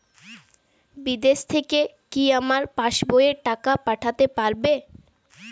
বিদেশ থেকে কি আমার পাশবইয়ে টাকা পাঠাতে পারবে?